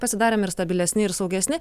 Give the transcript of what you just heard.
pasidarėm ir stabilesni ir saugesni